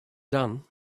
done